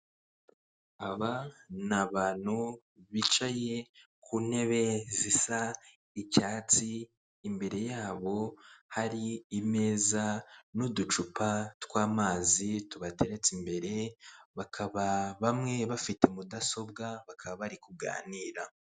Aba ni abantu bicaye ku ntebe zisa icyatsi, imbere yabo hari imeza n'uducupa tw'amazi tubateretse imbere, bakaba bamwe bafite mudasobwa, bakaba bari kuganira.